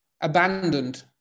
abandoned